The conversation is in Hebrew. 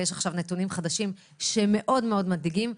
ויש עכשיו נתונים חדשים שמאוד-מאוד מדאיגים.